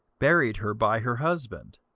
buried her by her husband.